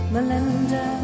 Melinda